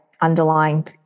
underlying